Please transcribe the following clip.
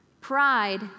Pride